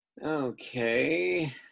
Okay